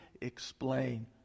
explain